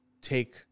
take